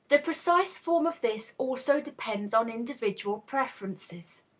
the precise form of this also depends on individual preferences.